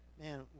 man